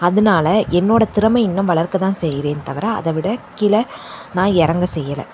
அதனால என்னோட திறமை இன்னும் வளர்க்க தான் செய்கிறேன் தவிர அதைவிட கீழே நான் இறங்க செய்யலை